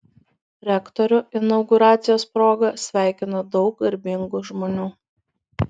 rektorių inauguracijos proga sveikino daug garbingų žmonių